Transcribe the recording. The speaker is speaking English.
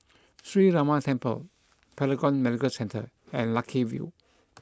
Sree Ramar Temple Paragon Medical Centre and Lucky View